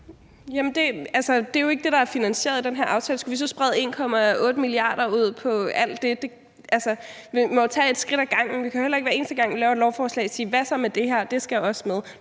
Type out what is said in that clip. Det er jo ikke det, der er finansieret i den her aftale. Skulle vi så sprede 1,8 mia. kr. ud på alt det? Altså, vi må jo tage et skridt ad gangen. Vi kan jo heller ikke, hver eneste gang vi laver et lovforslag, sige: Hvad så med det her? – det skal også med.